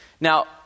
Now